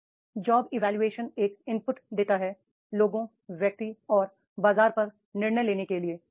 अब job evolution एक input देता है लोगों व्यक्ति और बाजार पर निर्णय लेने के लिए